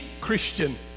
Christian